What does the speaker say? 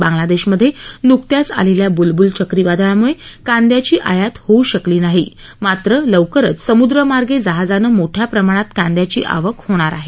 बांग्लादेशमधे न्कत्याच आलेल्या ब्लब्ल चक्रीवादळामुळे कांद्याची आयात होऊ शकली नाही मात्र लवकरच सम्द्रमार्गे जहाजानं मोठ्या प्रमाणात कांद्याची आवक होणार आहे